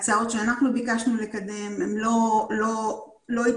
הצעות שאנחנו ביקשנו לקדם לא התקבלו.